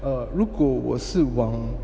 err 如果我是往